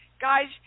guys